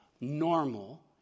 normal